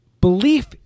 Belief